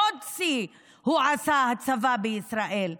עוד שיא הוא עשה, הצבא בישראל,